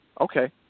Okay